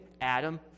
Adam